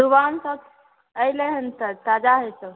सुबहन सब अयलै हन तऽ ताजा हेतो